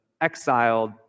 exiled